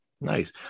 nice